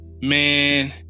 man